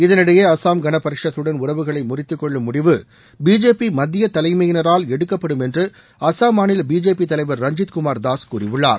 இதனிடையே அசாம் கன பரிஷத்துடன் உறவுகளை முறித்துக்கொள்ளும் முடிவு பிஜேபி மத்திய தலைமையினரால் எடுக்கப்படும் என்று அசாம் மாநில பிஜேபி தலைவர் ரஞ்சித் குமார் தாஸ் கூறியுள்ளார்